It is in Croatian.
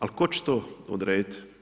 Ali tko će to odrediti?